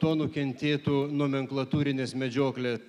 to nukentėtų nomenklatūrinės medžioklė